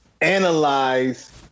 analyze